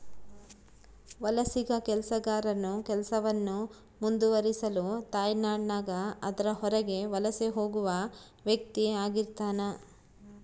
ವಲಸಿಗ ಕೆಲಸಗಾರನು ಕೆಲಸವನ್ನು ಮುಂದುವರಿಸಲು ತಾಯ್ನಾಡಿನಾಗ ಅದರ ಹೊರಗೆ ವಲಸೆ ಹೋಗುವ ವ್ಯಕ್ತಿಆಗಿರ್ತಾನ